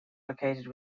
located